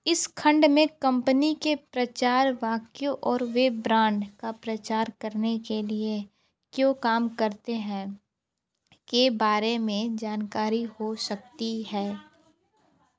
इस खंड में कम्पनी के प्रचार वाक्यों और वे ब्रांड का प्रचार करने के लिए क्यों काम करते हैं के बारे में जानकारी हो सकती है